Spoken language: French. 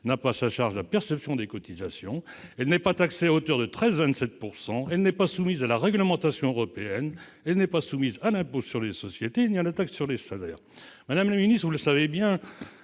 n'a pas à sa charge la perception des cotisations. Par ailleurs, elle n'est pas taxée à hauteur de 13,27 % et n'est pas soumise à la réglementation européenne, non plus qu'à l'impôt sur les sociétés et à la taxe sur les salaires. Madame le ministre, vous le savez bien